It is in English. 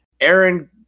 Aaron